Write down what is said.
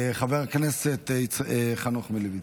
חבר הכנסת חנוך דב מלביצקי.